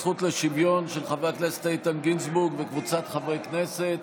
הזכות לשוויון) של חברי הכנסת איתן גינזבורג וקבוצת חברי הכנסת.